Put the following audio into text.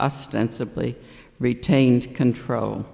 ostensibly retained control